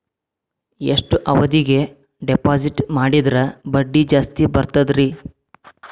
ಎಷ್ಟು ಅವಧಿಗೆ ಡಿಪಾಜಿಟ್ ಮಾಡಿದ್ರ ಬಡ್ಡಿ ಜಾಸ್ತಿ ಬರ್ತದ್ರಿ?